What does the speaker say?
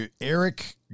Eric